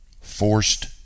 forced